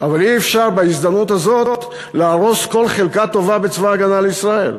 אבל אי-אפשר בהזדמנות הזאת להרוס כל חלקה טובה בצבא ההגנה לישראל.